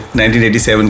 1987